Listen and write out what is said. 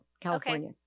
California